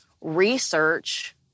research